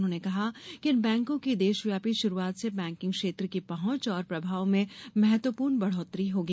उन्होंने कहा कि इन बैंकों की देशव्यापी शुरूआत से बैंकिंग क्षेत्र की पहुंच और प्रभाव में महत्वपूर्ण बढ़ोतरी होगी